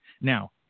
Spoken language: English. now